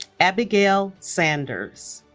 abbigail sanders